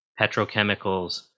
petrochemicals